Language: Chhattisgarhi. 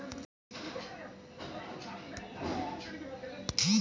भारत के आधा ले जादा किसान ह चाँउर के उपज म निरभर हे